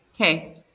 Okay